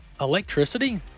electricity